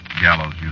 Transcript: gallows